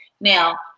Now